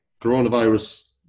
Coronavirus